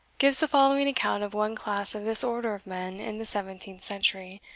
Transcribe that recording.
gives the following account of one class of this order of men in the seventeenth century,